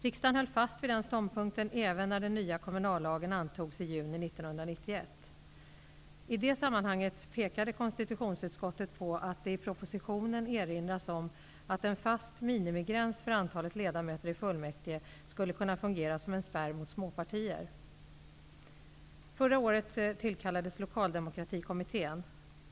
Riksdagen höll fast vid denna ståndpunkt även när den nya kommunallagen antogs i juni 1991. I det sammanhanget pekade konstitutionsutskottet på att det i propositionen erinras om att en fast minimigräns för antalet ledamöter i fullmäktige skulle kunna fungera som en spärr mot småpartier. Förra året tillkallades Lokaldemokratikommittén.